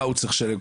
מה הוא צריך לשלם,